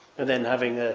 and then having ah